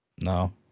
No